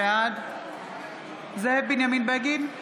בעד זאב בנימין בגין,